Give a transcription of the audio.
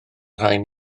rhain